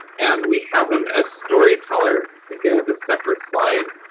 and we have him as storyteller. and i think i have a separate slide.